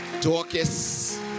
Dorcas